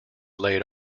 laid